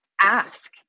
ask